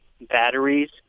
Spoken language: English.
batteries